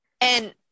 And-